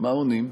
מה עונים?